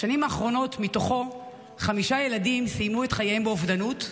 בשנים האחרונות חמישה ילדים סיימו את חייהם באובדנות,